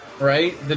Right